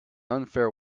unfair